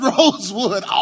Rosewood